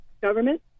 government